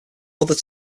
other